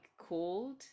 called